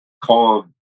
calm